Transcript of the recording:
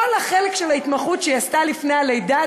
וכל החלק של ההתמחות שהיא עשתה לפני הלידה,